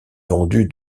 vendu